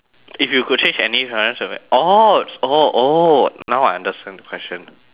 if you could change any oh oh oh now I understand the question